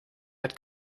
hat